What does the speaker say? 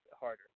harder